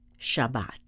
Shabbat